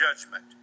judgment